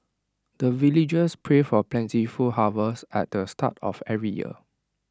the villagers pray for plentiful harvest at the start of every year